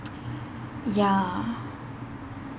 ya